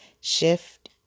Shift